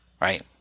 right